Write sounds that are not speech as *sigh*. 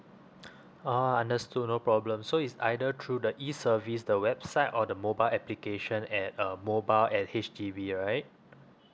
*breath* oh understood no problem so it's either through the E service the website or the mobile application at uh mobile at H_D_B right